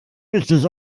richtig